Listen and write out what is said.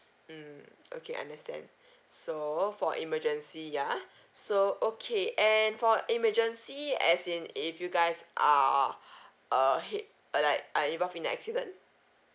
mm okay understand so for emergency ya so okay and for emergency as in if you guys are err head uh like uh involve in the accident